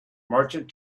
merchant